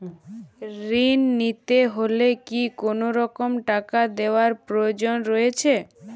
ঋণ নিতে হলে কি কোনরকম টাকা দেওয়ার প্রয়োজন রয়েছে?